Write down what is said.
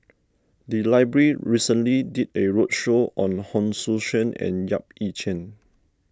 the library recently did a roadshow on Hon Sui Sen and Yap Ee Chian